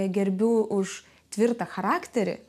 gerbiu už tvirtą charakterį